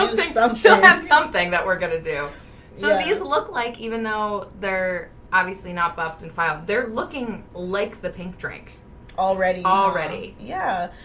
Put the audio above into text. i'm sure that's something that we're gonna do so these look like even though they're obviously not buffed and filed they're looking like the pink drink already already yeah,